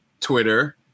Twitter